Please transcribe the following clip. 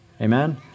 amen